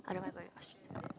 I don't mind going Australia